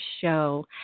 show